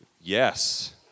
Yes